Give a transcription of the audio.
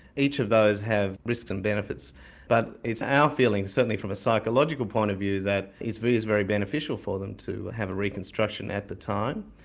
each of those have risks and benefits but it's our feeling, certainly from a psychological point of view, that it's very very beneficial for them to have a reconstruction at the time.